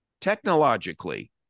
technologically